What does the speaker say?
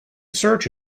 search